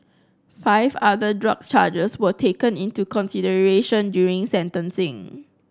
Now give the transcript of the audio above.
five other drug charges were taken into consideration during sentencing